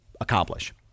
accomplish